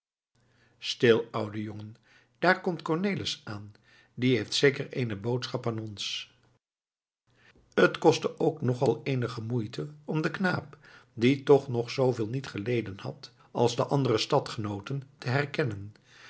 stil oude jongen daar komt cornelis aan die heeft zeker eene boodschap aan ons het kostte ook nog al eenige moeite om den knaap die toch nog zooveel niet geleden had als de andere stadgenooten te herkennen